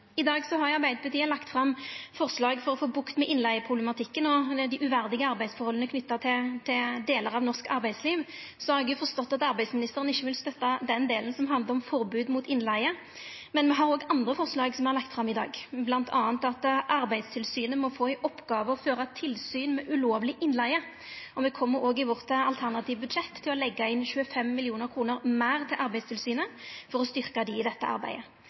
I dag har Arbeidarpartiet lagt fram forslag for å få bukt med innleigeproblematikken og dei uverdige arbeidsforholda knytte til delar av norsk arbeidsliv. Eg har forstått at arbeidsministeren ikkje vil støtta den delen som handlar om forbod mot innleige, men me har òg andre forslag som me har lagt fram i dag, bl.a. at Arbeidstilsynet må få i oppgåve å føra tilsyn med ulovleg innleige. Me kjem i det alternative budsjettet vårt òg til å leggja inn 25 mill. kr meir til Arbeidstilsynet for å styrkja dei i dette arbeidet.